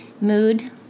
mood